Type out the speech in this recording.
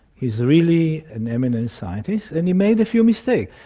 he is really an eminent scientist, and he made a few mistakes.